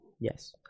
yes